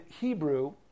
Hebrew